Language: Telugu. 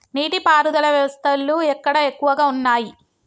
నీటి పారుదల వ్యవస్థలు ఎక్కడ ఎక్కువగా ఉన్నాయి?